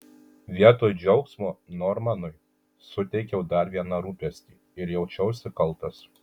vietoj džiaugsmo normanui suteikiau dar vieną rūpestį ir jaučiausi kaltas